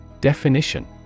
Definition